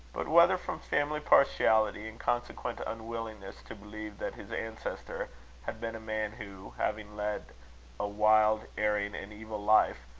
but whether from family partiality, and consequent unwillingness to believe that his ancestor had been a man who, having led a wild, erring, and evil life,